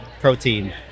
protein